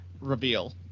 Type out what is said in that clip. reveal